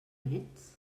ets